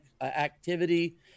activity